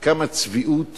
כמה צביעות